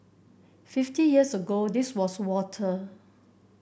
fifty years ago this was water